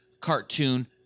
cartoon